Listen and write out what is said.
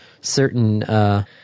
certain